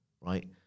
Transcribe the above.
right